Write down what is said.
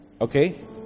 okay